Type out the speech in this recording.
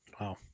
Wow